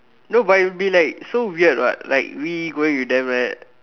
no but it would be like so weird what like we going with them like that